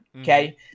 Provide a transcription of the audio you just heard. okay